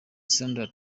sandra